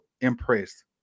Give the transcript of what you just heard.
impressed